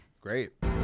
great